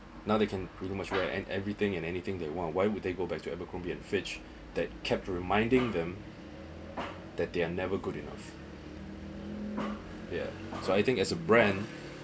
now they can pretty much wear and everything and anything they want why would they go back to abercrombie and fitch that kept reminding them that they are never good enough yeah so I think as a brand